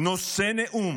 נושא נאום